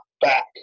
back